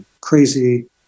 crazy